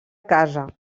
casa